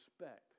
respect